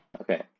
Okay